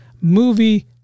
movie